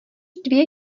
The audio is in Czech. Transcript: dvě